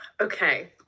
okay